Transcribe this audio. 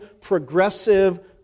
progressive